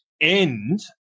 end